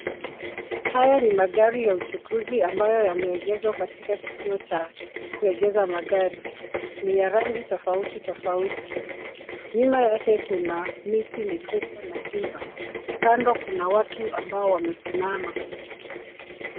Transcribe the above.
Haya ni magari ya uchukuzi ambayo yameegeshwa katika kituo cha kuegesha magari. Ni ya rangi tofautitofauti. Nyuma yake kuna miti mikubwa na jumba. Kando kuna watu ambao wamesimama.